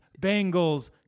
Bengals